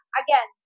again